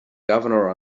governor